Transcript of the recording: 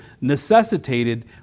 necessitated